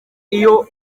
iyo